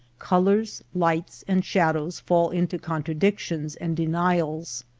colors, lights, and shadows fall into contradictions and denials,